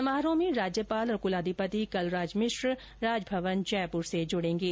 समारोह में राज्यपाल और कुलाधिपति कलराज मिश्र राजभवन जयपुर से जुड़ेंगे